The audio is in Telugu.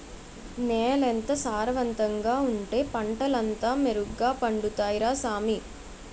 నేలెంత సారవంతంగా ఉంటే పంటలంతా మెరుగ్గ పండుతాయ్ రా సామీ